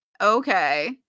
Okay